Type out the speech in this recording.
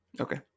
Okay